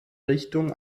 richtung